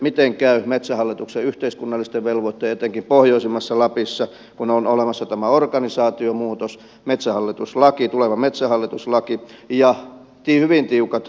miten käy metsähallituksen yhteiskunnallisten velvoitteiden etenkin pohjoisimmassa lapissa kun on olemassa tämä organisaatiomuutos tuleva metsähallituslaki ja hyvin tiukat tuottovaatimukset